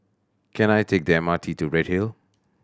can I take the M R T to Redhill